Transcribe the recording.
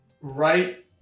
right